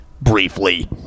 briefly